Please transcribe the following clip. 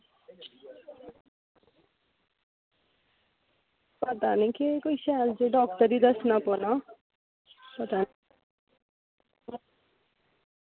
पता निं केह् कोई शैल जेह् डॉक्टर गी दस्सना पौना पता